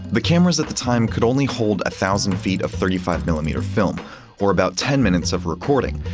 the cameras at the time could only hold a thousand feet of thirty five mm film i mean or film or about ten minutes of recording.